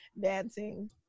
dancing